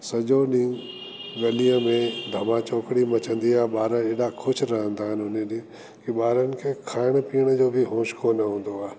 सॼो ॾींहुं गलीअ में धमा चौकिड़ी मचंदी आहे ॿार एॾा ख़ुशि रहंदा आहिनि उन ॾीहुं की ॿारनि खे खाइण पीअण जो बि होशु कोन्ह हूंदो आ्हे